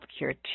healthcare